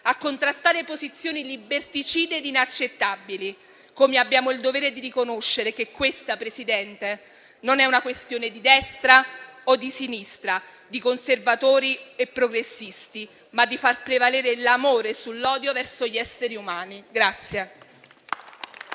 a contrastare posizioni liberticide e inaccettabili, come abbiamo il dovere di riconoscere che questa, Presidente, non è una questione di destra o di sinistra, di conservatori e progressisti. Si tratta di far prevalere l'amore sull'odio verso gli esseri umani.